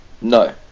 No